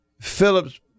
Phillips